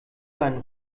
seinen